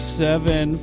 seven